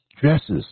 dresses